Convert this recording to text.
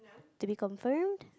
to be confirmed